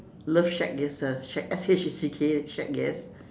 love shack it's a shack S H A C K shack yes